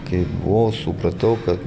kai buvau supratau kad